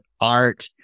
art